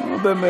למה?